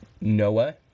Noah